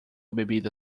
bebida